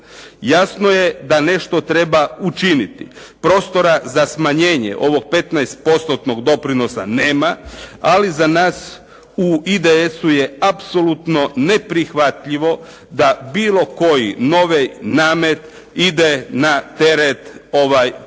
Jasno je da nešto treba učiniti prostora za smanjenje ovog 15%-tnog doprinosa nema, ali za nas u IDS-u je apsolutno neprihvatljivo da bilo koji novi namet ide na teret penzionera.